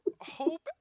Hope